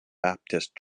baptist